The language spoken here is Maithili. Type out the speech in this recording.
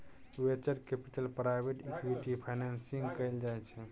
venture capital private equity financing कएल जाइ छै